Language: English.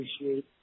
appreciate